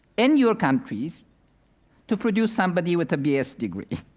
in your countries to produce somebody with a b s. degree.